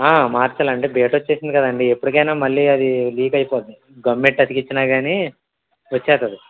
మార్చాలి అండి డేట్ వచ్చేసింది కదండి ఎప్పటికైనా మళ్ళీ అది లీక్ అయిపోద్ది గమ్ము పెట్టి అతికించిన కానీ వచ్చేస్తుంది